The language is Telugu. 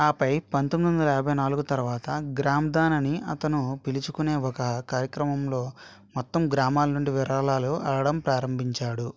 ఆపై పంతొమ్మిదొందల యాభై నాలుగు తర్వాత గ్రామ్దాన్ అని అతను పిలుచుకునే ఒక కార్యక్రమంలో మొత్తం గ్రామాల్నుండి విరాళాలు అడగడం ప్రారంభించాడు